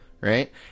right